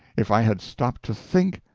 if i had stopped to think,